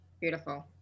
beautiful